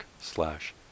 slash